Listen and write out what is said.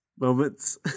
Moments